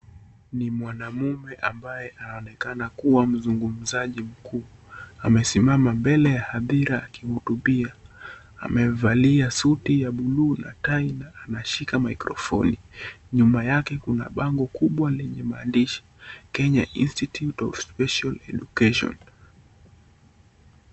Ni mwanaume ambaye anaonekana kuwa mzungumzaji mkuu . Amesimama mbele ya hadhira akihutubia. Amevalia suti ya bluu na tai na anashika mikrofoni. Nyuma yake kuna bango kubwa lenye maandishi Kenya institute of special education .